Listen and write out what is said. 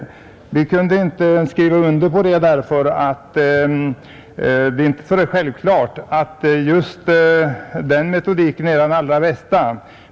Vi kunde inte skriva under på det, eftersom det inte är så självklart att just den metodiken är den allra bästa.